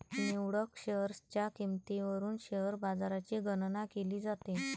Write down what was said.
निवडक शेअर्सच्या किंमतीवरून शेअर बाजाराची गणना केली जाते